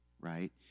right